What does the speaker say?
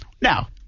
Now